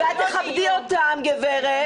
ואת תכבדי אותם, גברת.